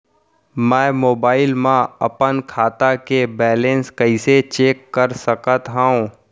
मैं मोबाइल मा अपन खाता के बैलेन्स कइसे चेक कर सकत हव?